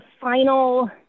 final